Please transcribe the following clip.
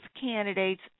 candidates